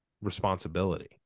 responsibility